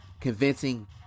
convincing